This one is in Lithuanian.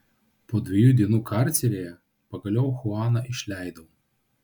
po dviejų dienų karceryje pagaliau chuaną išleidau